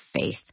faith